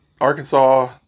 Arkansas